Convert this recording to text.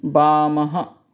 वामः